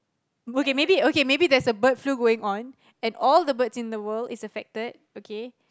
okay maybe okay maybe there's a bird flu going on and all the birds in the world is affected okay